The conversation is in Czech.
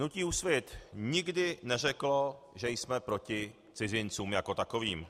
Hnutí Úsvit nikdy neřeklo, že jsme proti cizincům jako takovým.